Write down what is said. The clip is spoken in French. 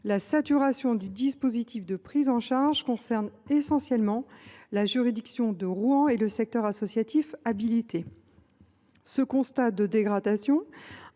La saturation du dispositif de prise en charge concerne essentiellement la juridiction de Rouen et le secteur associatif habilité. Ce constat de dégradation